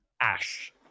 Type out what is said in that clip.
ash